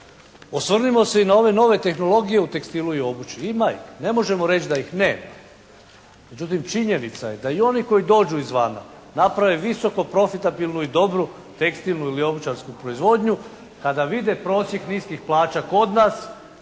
Osvrnimo se i na ove nove tehnologije u tekstilu i obući. Ima ih, ne možemo reći da ih nema. Međutim činjenica je da i oni koji dođu izvana, naprave visoku profitabilnu i dobru tekstilnu ili obućarsku proizvodnju. Kada vide prosjek niskih plaća kod nas,